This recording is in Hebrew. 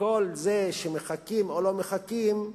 כל זה שמחכים או לא מחכים,